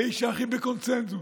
האיש שהכי בקונסנזוס,